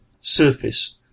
surface